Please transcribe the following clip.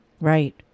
Right